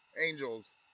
angels